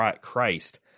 Christ